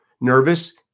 nervous